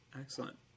Excellent